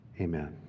Amen